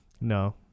No